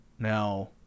Now